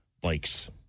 bikes